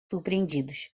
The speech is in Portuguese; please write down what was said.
surpreendidos